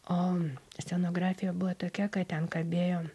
o scenografija buvo tokia kad ten kabėjo